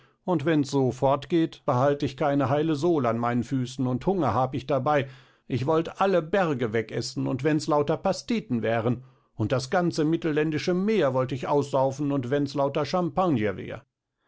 und wenns so fort geht behalt ich keine heile sohl an meinen füßen und hunger hab ich dabei ich wollt alle berge wegeßen und wenns lauter pasteten wären und das ganze mittelländische meer wollt ich aussaufen und wenns lauter champagner wär